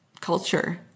culture